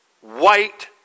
white